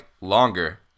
longer